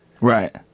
Right